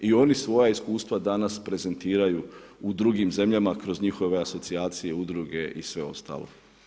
I oni svoja iskustva danas prezentiraju u drugim zemljama, kroz njihove asocijacije, udruge i sve ostalo.